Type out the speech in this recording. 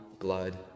Blood